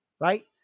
right